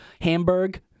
hamburg